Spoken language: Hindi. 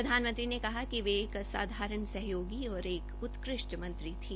प्रधानमंत्री ने कहा कि वे एक असाधारण सहयोगी और एक उत्कृष्ट मंत्री थी